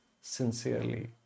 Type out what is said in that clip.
sincerely